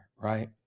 right